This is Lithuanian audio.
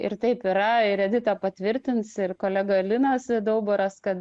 ir taip yra ir edita patvirtins ir kolega linas daubaras kad